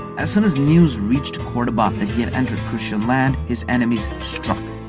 as soon as news reached cordoba that he had entered christian land, his enemies struck.